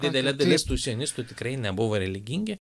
didelė dalis tų sionistų tikrai nebuvo religingi